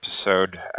episode